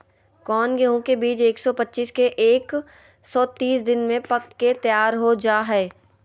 कौन गेंहू के बीज एक सौ पच्चीस से एक सौ तीस दिन में पक के तैयार हो जा हाय?